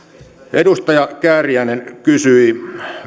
edustaja kääriäinen kysyi